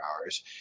hours